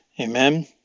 Amen